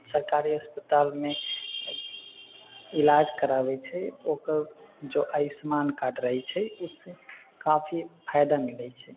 सरकारी अस्पतालमे इलाज कराबै छै ओकर जो आयुष्मान कार्ड रहै छै ओहिसँ काफी फायदा मिलै छै